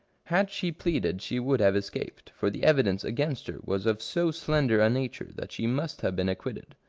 had she pleaded she would have escaped, for the evidence against her was of so slender a nature that she must have been acquitted.